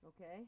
Okay